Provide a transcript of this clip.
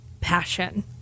passion